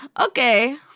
Okay